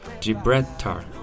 Gibraltar